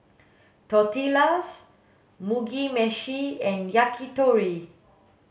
Tortillas Mugi meshi and Yakitori